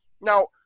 now